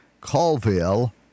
Colville